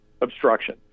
obstruction